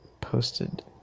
posted